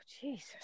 Jesus